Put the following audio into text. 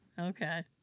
Okay